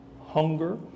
hunger